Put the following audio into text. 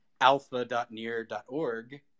alpha.near.org